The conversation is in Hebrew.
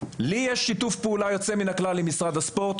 לי יש שיתוף פעולה יוצא מן הכלל עם מינהל הספורט,